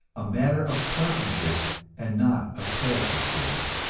a matter of partnership and not of parasitism.